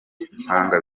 impanga